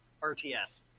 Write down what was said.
RTS